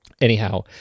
Anyhow